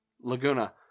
Laguna